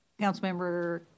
Councilmember